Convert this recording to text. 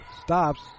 stops